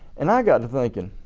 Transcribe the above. and i got to thinking,